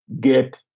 get